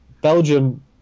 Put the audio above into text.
Belgium